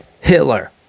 Hitler